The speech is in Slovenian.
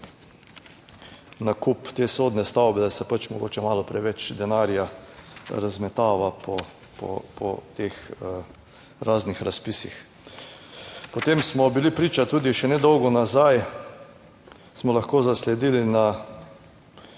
nakup te sodne stavbe, da se mogoče malo preveč denarja razmetava po teh raznih razpisih. Potem smo bili priča tudi, še nedolgo nazaj, smo lahko zasledili na